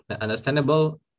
understandable